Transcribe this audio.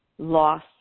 loss